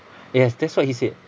yes that's what he said